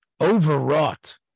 overwrought